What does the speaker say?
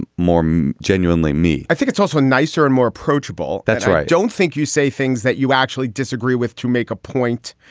more genuinely me i think it's also nicer and more approachable. that's why i don't think you say things that you actually disagree with to make a point.